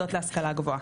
מוסדות להשכלה גבוהה.